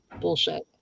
bullshit